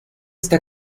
esta